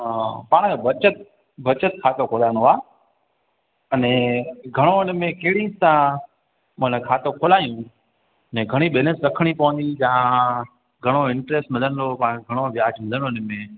हा पाण खे बचत बचत खातो खुलाइणो आहे अने घणो हुनमें कहिड़ी तव्हां माना खातो खुलाइयूं अने घणी बैलेंस रखणी पवंदी जा घणो इंटरेस्ट मिलंदो पाण घणो ब्याज मिलंदो हुनमें